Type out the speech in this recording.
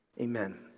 Amen